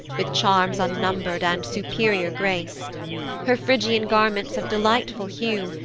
with charms unnumber'd, and superior grace her phrygian garments of delightful hue,